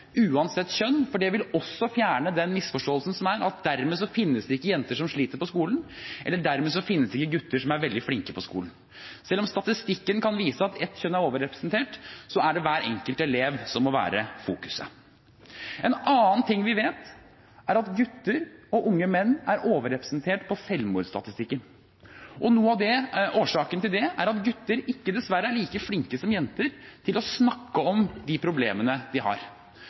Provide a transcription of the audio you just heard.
uansett kjønn, for det vil også fjerne den misforståelsen som er, at dermed finnes det ikke jenter som sliter på skolen, eller dermed finnes det ikke gutter som er veldig flinke på skolen. Selv om statistikken kan vise at ett kjønn er overrepresentert, er det hver enkelt elev det må fokuseres på. En annen ting vi vet, er at gutter og unge menn er overrepresentert på selvmordsstatistikken. Noe av årsaken til det er at gutter dessverre ikke er like flinke som jenter til å snakke om de problemene de har.